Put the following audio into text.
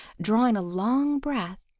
drawing a long breath,